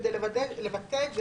כדי לבצע את זה,